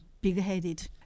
big-headed